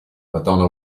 madonna